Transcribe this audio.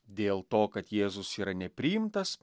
dėl to kad jėzus yra nepriimtas